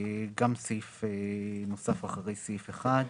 גם סעיף נוסף אחרי סעיף 1: